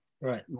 Right